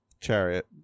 Chariot